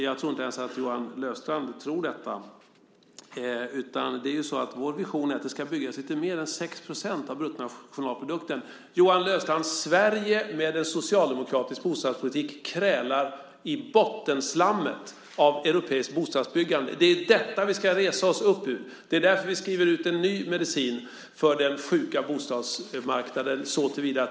Jag tror inte ens att Johan Löfstrand själv tror det. Vår vision är att det ska byggas för lite mer än 6 % av bruttonationalprodukten. Johan Löfstrand! Sverige krälar i bottenslammet av europeiskt bostadsbyggande efter att ha haft en socialdemokratisk bostadspolitik! Det är detta vi ska resa oss upp ur! Det är därför vi skriver ut en ny medicin för den sjuka bostadsmarknaden.